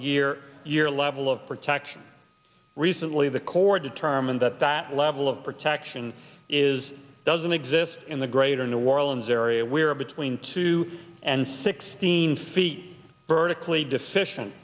year year level of protection recently the court determined that level of protection is doesn't exist in the greater new orleans area where between two and sixteen feet vertically deficient